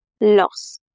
loss